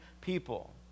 people